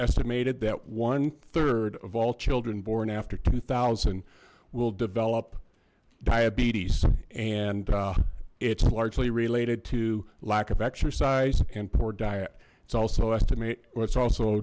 estimated that one third of all children born after two thousand will develop diabetes and it's largely related to lack of exercise and poor diet it's also estimate what's also